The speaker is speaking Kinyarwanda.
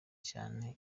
cyane